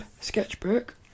sketchbook